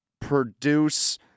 produce